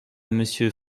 monsieur